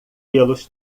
pelos